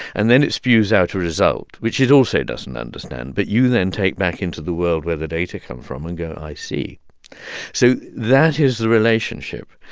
and then it spews out a result, which it also doesn't understand. but you then take back into the world where the data come from and go, i see so that is the relationship.